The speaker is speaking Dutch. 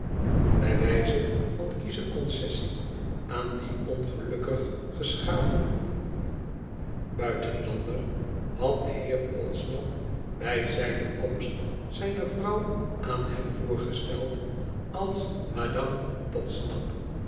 bij wijze van kiesche concessie aan dien ongelukkig geschapen buitenlander had de heer podsnap bij zijne komst zijne vrouw aan hem voorgesteld als madame podsnap